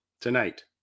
tonight